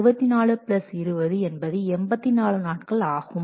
64 plus 20 என்பது 84 நாட்கள் ஆகும்